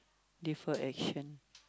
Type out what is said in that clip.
defer action